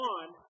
One